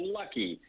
lucky